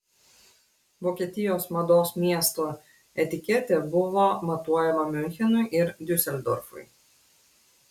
vokietijos mados miesto etiketė buvo matuojama miunchenui ir diuseldorfui